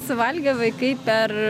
suvalgė vaikai per